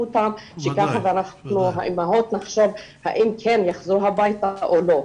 אותם ואנחנו האימהות נחשוב האם כן יחזרו הביתה או לא.